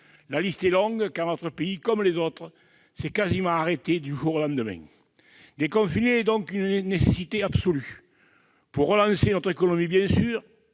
la liste est longue, car notre pays, comme les autres, s'est quasiment arrêté du jour au lendemain. Déconfiner est donc une nécessité absolue, pour relancer notre économie, bien sûr,